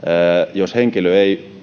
vaikka henkilö ei